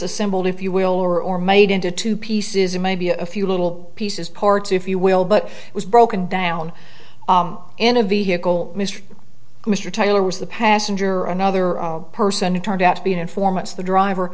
disassembled if you will or or made into two pieces of maybe a few little pieces parts if you will but it was broken down in a vehicle mr mr tyler was the passenger or another person who turned out to be an informant of the driver